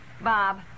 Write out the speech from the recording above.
Bob